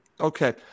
Okay